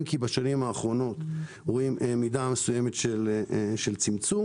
אם כי בשנים האחרונות רואים מידה מסוימת של צמצום